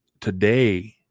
today